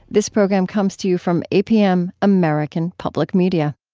this program comes to you from apm, american public media